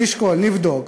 נשקול, נבדוק,